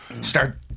start